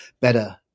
better